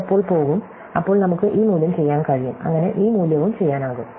ഇത് എപ്പോൾ പോകും അപ്പോൾ നമുക്ക് ഈ മൂല്യം ചെയ്യാൻ കഴിയും അങ്ങനെ ഈ മൂല്യവും ചെയ്യാനാകും